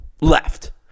left